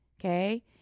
okay